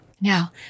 Now